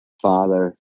father